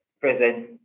present